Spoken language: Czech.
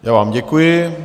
Já vám děkuji.